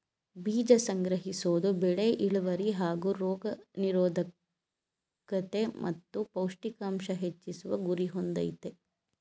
ಬೀಜ ಸಂಗ್ರಹಿಸೋದು ಬೆಳೆ ಇಳ್ವರಿ ಹಾಗೂ ರೋಗ ನಿರೋದ್ಕತೆ ಮತ್ತು ಪೌಷ್ಟಿಕಾಂಶ ಹೆಚ್ಚಿಸುವ ಗುರಿ ಹೊಂದಯ್ತೆ